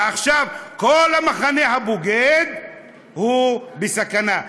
ועכשיו כל המחנה הבוגד הוא בסכנה,